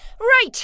Right